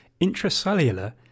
intracellular